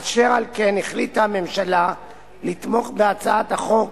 אשר על כן החליטה הממשלה לתמוך בהצעת החוק